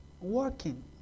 working